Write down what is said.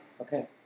Okay